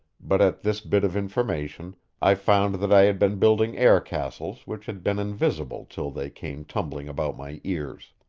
but at this bit of information i found that i had been building air-castles which had been invisible till they came tumbling about my ears.